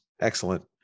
Excellent